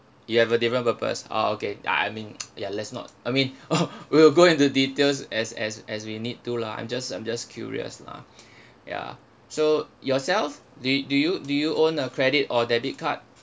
you have a different purpose oh okay I mean ya let's not I mean we will go into details as as as we need to lah I'm just I'm just curious lah ya so yourself do do you do you own a credit or debit card